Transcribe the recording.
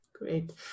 Great